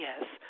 yes